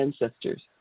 ancestors